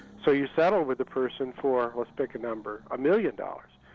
so you settle with the person for, let's pick a number, a million dollars,